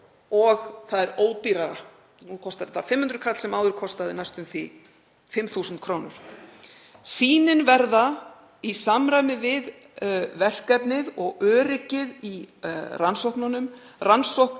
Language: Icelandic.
og það er ódýrara. Nú kostar þetta 500 kr. sem áður kostaði næstum því 5.000 kr. Sýnin verða, í samræmi við verkefnið og öryggið í rannsóknunum, rannsökuð